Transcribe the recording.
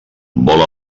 vol